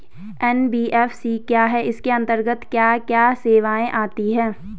NBFC क्या है इसके अंतर्गत क्या क्या सेवाएँ आती हैं?